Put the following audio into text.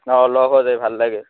অঁ লগ হোৱা যায় ভাল লাগে